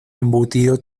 embutido